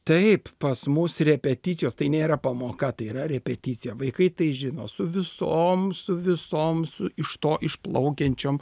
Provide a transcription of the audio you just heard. taip pas mus repeticijos tai nėra pamoka tai yra repeticija vaikai tai žino su visom su visom iš to išplaukiančiom